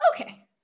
Okay